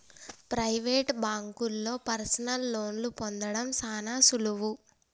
private బాంకుల్లో personal లోన్లు పొందడం సాన సులువు